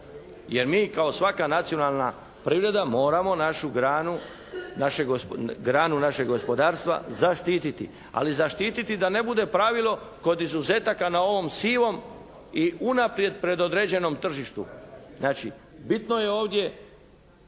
Jer mi kao svaka nacionalna privreda moramo našu granu, granu našeg gospodarstva zaštiti. Ali zaštiti da ne bude pravilo kod izuzetaka na ovom sivom i unaprijed predodređenom tržištu. Znači bitno je ovdje